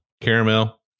caramel